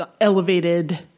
elevated